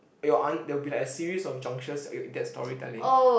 your an~ there'll be like a series of junction that you get storytelling